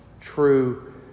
true